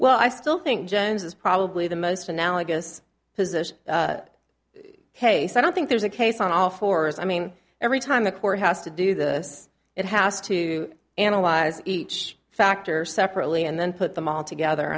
well i still think james is probably the most analogous position ok so i don't think there's a case on all fours i mean every time the court has to do this it has to analyze each factor separately and then put them all together